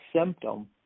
symptom